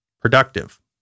productive